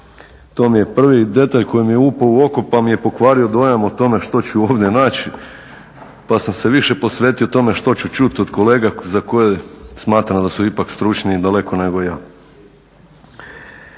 to mi je prvi detalj koji mi je upao u oko pa mi je pokvario dojam o tome što ću ovdje naći pa sam se više posvetio tome što ću čuti od kolega za koje smatram da su ipak stručniji i daleko nego ja.